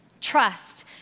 trust